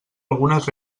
algunes